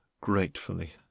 gratefully